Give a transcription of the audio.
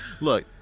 Look